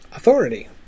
authority